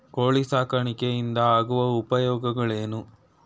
ಕೋಳಿ ಸಾಕಾಣಿಕೆಯಿಂದ ಆಗುವ ಉಪಯೋಗಗಳೇನು?